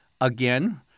Again